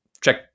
check